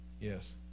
yes